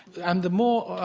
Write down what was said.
and the more